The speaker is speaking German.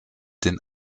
den